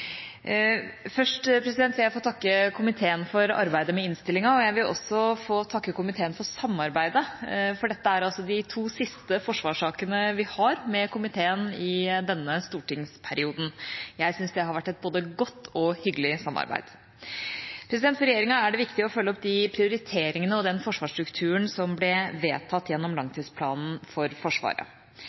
Først vil jeg få takke komiteen for arbeidet med innstillinga. Jeg vil også få takke komiteen for samarbeidet, for dette er altså de to siste forsvarssakene vi har med komiteen i denne stortingsperioden. Jeg syns det har vært både et godt og et hyggelig samarbeid. For regjeringa er det viktig å følge opp de prioriteringene og den forsvarsstrukturen som ble vedtatt gjennom langtidsplanen for Forsvaret.